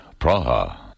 Praha